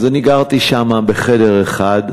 אז אני גרתי שם בחדר אחד,